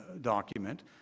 document